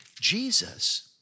Jesus